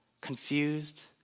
Confused